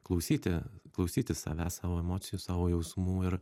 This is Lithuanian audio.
klausyti klausyti savęs savo emocijų savo jausmų ir